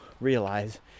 realize